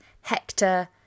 Hector